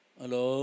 Hello